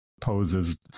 poses